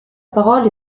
parole